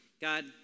God